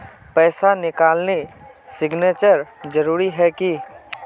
पैसा निकालने सिग्नेचर जरुरी है की?